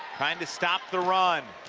trying to stop the run.